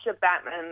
Batman